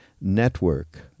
Network